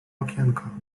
okienko